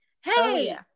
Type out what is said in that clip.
Hey